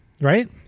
Right